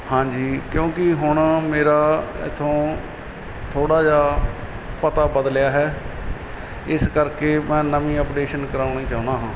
ਹਾਂਜੀ ਕਿਉਂਕਿ ਹੁਣ ਮੇਰਾ ਇੱਥੋਂ ਥੋੜ੍ਹਾ ਜਿਹਾ ਪਤਾ ਬਦਲਿਆ ਹੈ ਇਸ ਕਰਕੇ ਮੈਂ ਨਵੀਂ ਅਪਡੇਸ਼ਨ ਕਰਵਾਉਣੀ ਚਾਹੁੰਦਾ ਹਾਂ